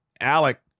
Alec